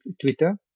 Twitter